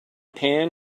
pan